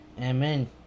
amen